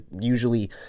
usually